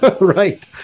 Right